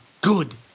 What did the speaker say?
good